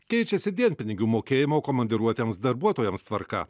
keičiasi dienpinigių mokėjimo komandiruotiems darbuotojams tvarka